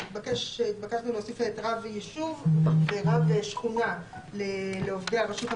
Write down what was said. התבקשנו להוסיף רב ישוב ורב שכונה לעובדי הרשות המקומית.